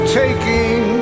taking